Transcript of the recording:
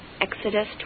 Exodus